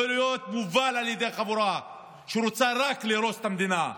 לא להיות מובל על ידי חבורה שרוצה רק להרוס את המדינה,